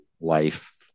life